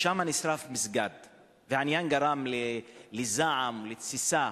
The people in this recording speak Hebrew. שם נשרף מסגד והעניין גרם לזעם ולתסיסה.